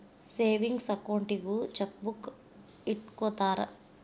savings ಅಕೌಂಟಿಗೂ chequebook ಇಟ್ಟ್ಕೊತ್ತರ